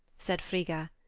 said frigga.